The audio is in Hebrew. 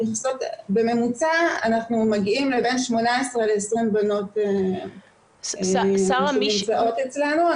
בממוצע אנחנו מגיעים ל-18-20 בנות שנמצאות אצלנו,